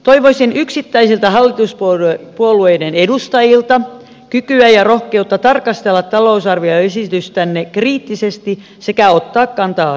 toivoisin yksittäisiltä hallituspuolueiden edustajilta kykyä ja rohkeutta tarkastella talousarvioesitystänne kriittisesti sekä ottaa kantaa asiaan